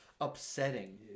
upsetting